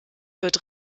wird